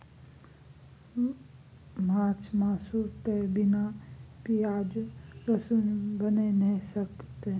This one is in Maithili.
माछ मासु तए बिना पिओज रसुनक बनिए नहि सकैए